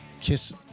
KISS